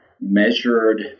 measured